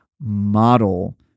model